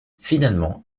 finalement